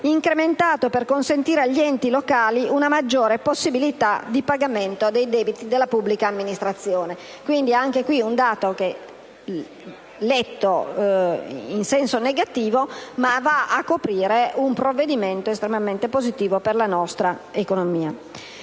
incrementato per consentire agli enti locali una maggiore possibilità di pagamento dei debiti della pubblica amministrazione. Anche questo è un dato letto in senso negativo che va però a coprire un intervento estremamente positivo per la nostra economia.